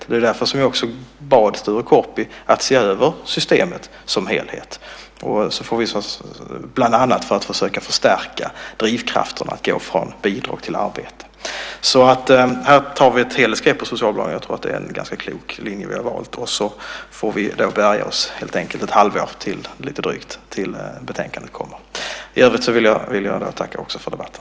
Det var också därför som jag bad Sture Korpi att se över systemet som helhet, bland annat för att försöka förstärka drivkraften att gå från bidrag till arbete. Här tar vi alltså ett helhetsgrepp när det gäller socialbidragen. Jag tror att det är en ganska klok linje som vi har valt. Och sedan får vi helt enkelt bärga oss lite drygt ett halvår tills betänkandet kommer.